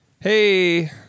Hey